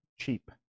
cheap